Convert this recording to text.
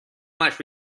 much